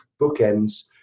bookends